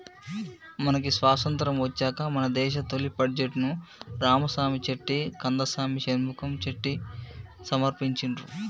మనకి స్వతంత్రం వచ్చాక మన దేశ తొలి బడ్జెట్ను రామసామి చెట్టి కందసామి షణ్ముఖం చెట్టి సమర్పించిండ్రు